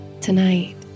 Tonight